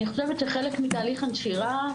אני חושבת שחלק מתהליך הנשירה,